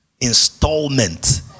installment